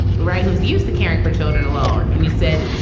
right. who's used to caring for children alone. and you said,